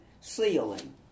ceiling